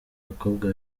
bakobwa